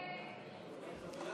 ההסתייגות (98) של קבוצת